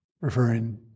Referring